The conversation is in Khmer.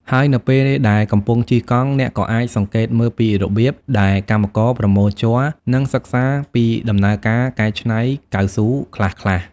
ហើយនៅពេលដែលកំពុងជិះកង់ អ្នកក៏អាចសង្កេតមើលពីរបៀបដែលកម្មករប្រមូលជ័រ និងសិក្សាពីដំណើរការកែច្នៃកៅស៊ូខ្លះៗ។